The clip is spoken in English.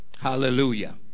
Hallelujah